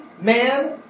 man